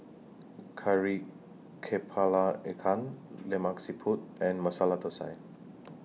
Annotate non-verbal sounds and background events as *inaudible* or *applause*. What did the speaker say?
*noise* Kari Kepala Ikan Lemak Siput and Masala Thosai